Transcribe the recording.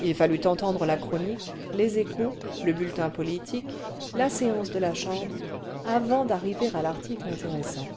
il fallut entendre la chronique les échos le bulletin politique la séance de la chambre avant d'arriver à l'article intéressant